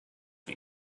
für